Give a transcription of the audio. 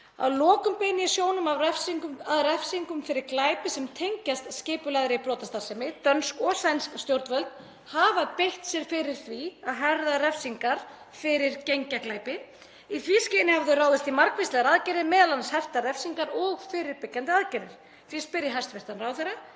Að lokum beini ég sjónum að refsingum fyrir glæpi sem tengjast skipulagðri brotastarfsemi. Dönsk og sænsk stjórnvöld hafa beitt sér fyrir því að herða refsingar fyrir gengjaglæpi. Í því skyni hafa þau ráðist í margvíslegar aðgerðir, m.a. hertar refsingar og fyrirbyggjandi aðgerðir. Því spyr ég hæstv. ráðherra